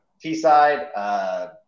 T-side